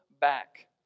back